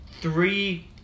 three